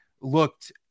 looked